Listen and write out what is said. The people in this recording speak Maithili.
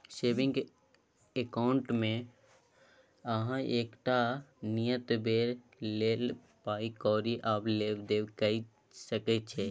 सेबिंग अकाउंटमे अहाँ एकटा नियत बेर लेल पाइ कौरी आ लेब देब कअ सकै छी